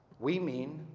we mean